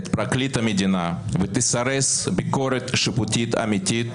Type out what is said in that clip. את פרקליט המדינה ותסרס ביקורת שיפוטית אמיתית,